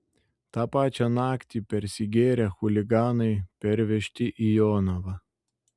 tą pačią naktį persigėrę chuliganai pervežti į jonavą